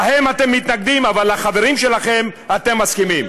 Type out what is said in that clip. להם אתם מתנגדים, אבל לחברים שלכם אתם מסכימים.